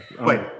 Wait